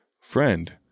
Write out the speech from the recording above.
Friend